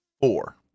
four